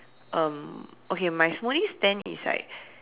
um okay my smoothie stand is like